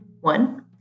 One